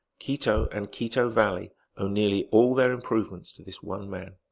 quito and quito valley owe nearly all their improvements to this one man.